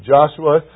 Joshua